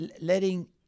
letting